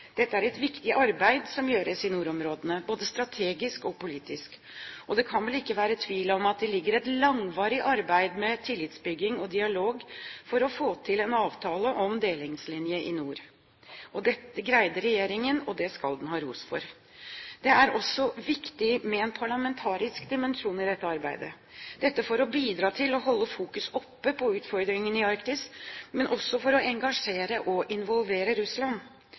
er et viktig arbeid som gjøres i nordområdene både strategisk og politisk. Det kan vel ikke være tvil om at det ligger et langvarig arbeid med tillitsbygging og dialog for å få til en avtale om delingslinje i nord. Dette greide regjeringen, og det skal den ha ros for. Det er også viktig med en parlamentarisk dimensjon i dette arbeidet – dette for å bidra til å holde fokuset oppe på utfordringene i Arktis, men også for å engasjere og involvere Russland.